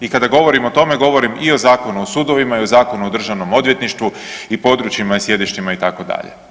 I kada govorim o tome govorim i o Zakonu o sudovima i o Zakonu o državnom odvjetništvu i područjima i sjedištima itd.